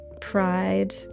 Pride